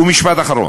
ומשפט אחרון.